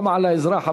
גם על האזרח הפשוט,